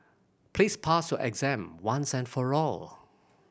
please pass your exam once and for all